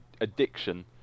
addiction